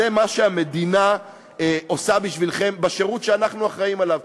זה מה שהמדינה עושה בשבילכם בשירות שאנחנו אחראים לו,